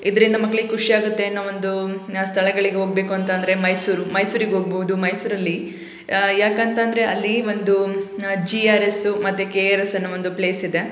ಇದರಿಂದ ಮಕ್ಳಿಗೆ ಖುಷಿಯಾಗತ್ತೆ ಅನ್ನೋ ಒಂದು ನಾ ಸ್ಥಳಗಳಿಗೆ ಹೋಗಬೇಕು ಅಂತಂದರೆ ಮೈಸೂರು ಮೈಸೂರಿಗೆ ಹೋಗ್ಬೋದು ಮೈಸೂರಲ್ಲಿ ಯಾಕಂತಂದರೆ ಅಲ್ಲಿ ಒಂದು ಜಿ ಆರ್ ಎಸ್ಸು ಮತ್ತು ಕೆ ಆರ್ ಎಸ್ ಅನ್ನೋ ಒಂದು ಪ್ಲೇಸಿದೆ